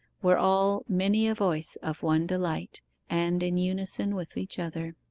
were all many a voice of one delight and in unison with each other.